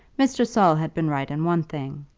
mr. saul had been right in one thing.